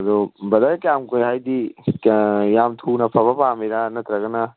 ꯑꯗꯣ ꯕ꯭ꯔꯗꯔ ꯀꯌꯥꯝ ꯀꯨꯏꯅ ꯍꯥꯏꯗꯤ ꯌꯥꯝ ꯊꯨꯅ ꯐꯕ ꯄꯥꯝꯃꯤꯔꯥ ꯅꯠꯇ꯭ꯔꯒꯅ